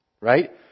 right